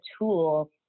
tool